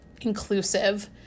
inclusive